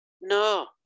No